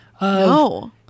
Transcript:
No